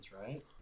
right